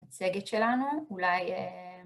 מצגת שלנו, אולי...